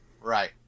right